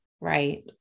right